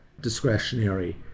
discretionary